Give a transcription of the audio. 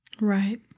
Right